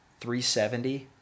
370